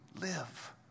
live